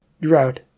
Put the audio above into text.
Drought